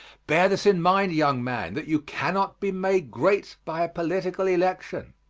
bear this in mind, young man, that you cannot be made great by a political election.